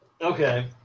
Okay